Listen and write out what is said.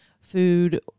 food